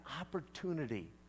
opportunity